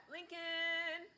Lincoln